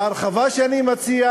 ההרחבה שאני מציע